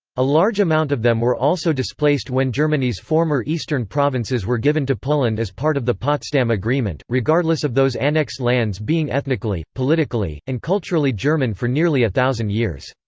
a large amount of them were also displaced when germany's former eastern provinces were given to poland as part of the potsdam agreement, regardless of those annexed lands being ethnically, politically, and culturally german for nearly a thousand years.